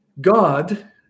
God